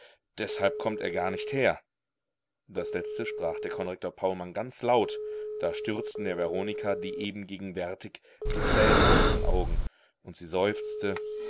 deshalb kommt er gar nicht her das letzte sprach der konrektor paulmann ganz laut da stürzten der veronika die eben gegenwärtig die tränen aus den augen und sie seufzte